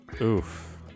Oof